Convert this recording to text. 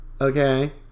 okay